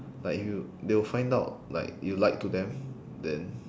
like you they will find out like you lied to them then